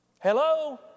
Hello